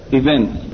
events